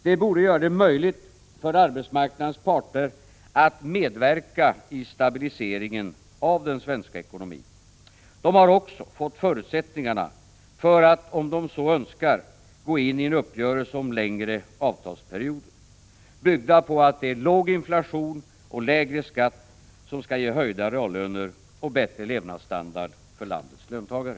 Detta borde göra det möjligt för arbetsmarknadens parter att medverka i stabiliseringen av den svenska ekonomin. De har också fått förutsättningar för att, om de så önskar, gå in i en uppgörelse om längre avtalsperioder, byggda på att det är låg inflation och lägre skatt som skall ge höjda reallöner och bättre levnadsstandard för landets löntagare.